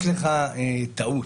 יש לך טעות.